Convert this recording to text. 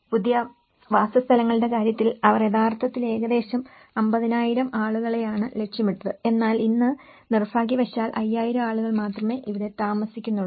പുതിയ വാസസ്ഥലങ്ങളുടെ കാര്യത്തിൽ അവർ യഥാർത്ഥത്തിൽ ഏകദേശം 50000 ആളുകളെയാണ് ലക്ഷ്യമിട്ടത് എന്നാൽ ഇന്ന് നിർഭാഗ്യവശാൽ 5000 ആളുകൾ മാത്രമേ അവിടെ താമസിക്കുന്നുള്ളൂ